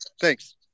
Thanks